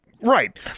right